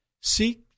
Seek